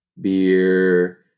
beer